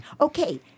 Okay